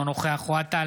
אינו נוכח אוהד טל,